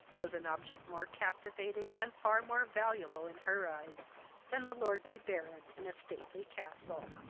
was an object more captivating and far more valuable in her eyes than the lordly baron in a stately castle.